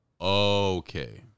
okay